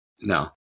no